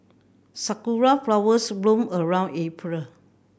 sakura flowers bloom around April